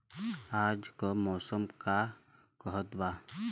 आज क मौसम का कहत बा?